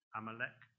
Amalek